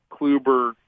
Kluber